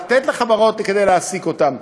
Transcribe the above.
לתת לחברות כדי להעסיק אותם.